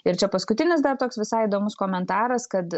ir čia paskutinis dar toks visai įdomus komentaras kad